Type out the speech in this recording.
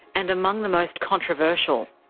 and among the most controversial.